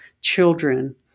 children